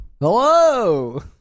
Hello